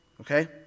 Okay